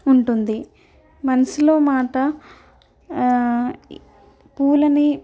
ఉంటుంది మనసులో మాట పూలని